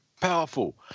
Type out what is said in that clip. powerful